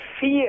fear